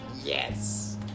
Yes